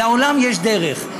לעולם יש דרך.